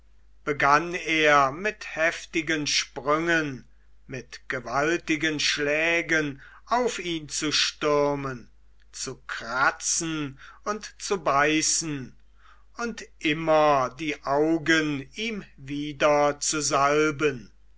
begann er mit heftigen sprüngen mit gewaltigen schlägen auf ihn zu stürmen zu kratzen und zu beißen und immer die augen ihm wieder zu salben